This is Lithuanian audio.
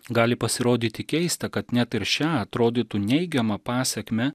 gali pasirodyti keista kad net ir šią atrodytų neigiamą pasekmę